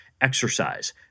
exercise